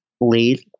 lead